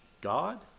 God